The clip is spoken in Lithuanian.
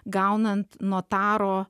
gaunant notaro